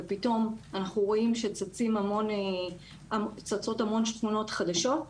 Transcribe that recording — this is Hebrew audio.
ופתאום אנחנו רואים שצצות המון שכונות חדשות.